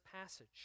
passage